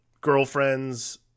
girlfriends